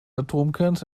atomkerns